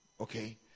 okay